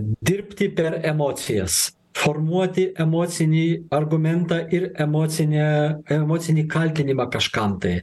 dirbti per emocijas formuoti emocinį argumentą ir emocinę emocinį kaltinimą kažkam tai